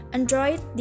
Android